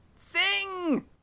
sing